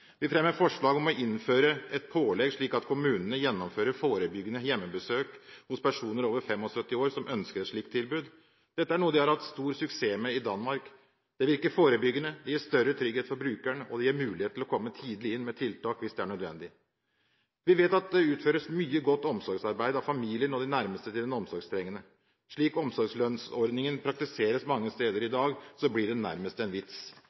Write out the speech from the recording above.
Vi fremmer forslag om å innføre et pålegg slik at kommunene gjennomfører forebyggende hjemmebesøk hos personer over 75 år som ønsker et slikt tilbud. Dette er noe de har hatt stor suksess med i Danmark. Det virker forebyggende. Det gir større trygghet for brukeren, og det gir mulighet til å komme tidlig inn med tiltak hvis det er nødvendig. Vi vet at det utføres mye godt omsorgsarbeid av familien og de nærmeste til den omsorgstrengende. Slik omsorgslønnsordningen praktiseres mange steder i dag, blir den nærmest en vits.